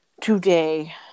today